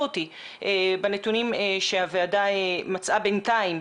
אותי בנתונים שהוועדה מצאה בינתיים.